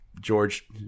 George